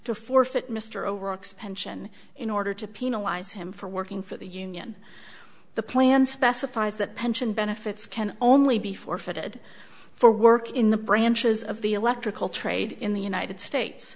to forfeit mr o'rourke's pension in order to penalize him for working for the union the plan specifies that pension benefits can only be forfeited for work in the branches of the electrical trade in the united states